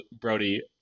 Brody